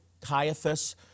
Caiaphas